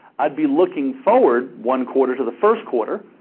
i'd be looking forward one quarter to the first quarter,